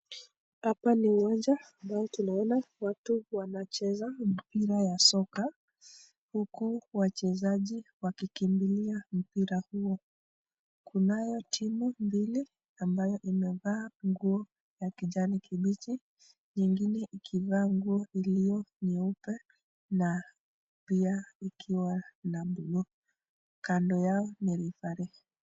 Hapa ni uwanja ambao tunaona watu wanacheza mpira ya soka huku wachezaji wakikimbilia mpira huo. Kunayo timu mbili ambayo imevaa nguo ya kijani kibichi, nyingine ikivaa nguo iliyo nyeupe na pia ikiwa na blue . Kando yao ni referee .